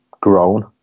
grown